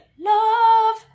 love